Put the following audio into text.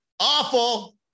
awful